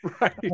Right